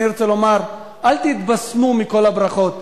אני רוצה לומר: אל תתבשמו מכל הברכות.